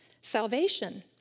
salvation